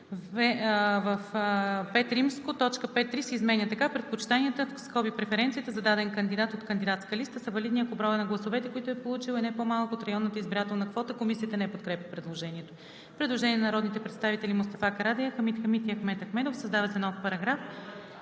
в V., т. 5.3 се изменя така: „Предпочитанията (преференциите) за даден кандидат от кандидатска листа са валидни, ако броят на гласовете, които е получил, е не по-малък от районната избирателна квота.“ Комисията не подкрепя предложението. Предложение на народните представители Мустафа Карадайъ, Хамид Хамид и Ахмед Ахмедов: „Създава се нов §..: